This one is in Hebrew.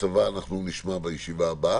אנחנו נשמע את הצבא בישיבה הבאה.